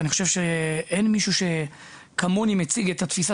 ואני חושב שאין מישהו שמציג כמוני את התפיסה